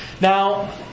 Now